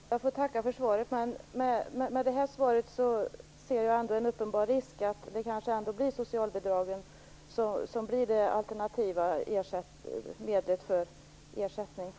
Herr talman! Jag får tacka för svaret. Med det här svaret ser jag dock en uppenbar risk. Kanske blir ändå socialbidragen det alternativa medlet vad gäller ersättningen.